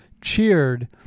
cheered